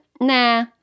nah